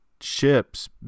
ships